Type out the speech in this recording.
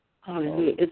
Hallelujah